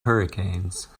hurricanes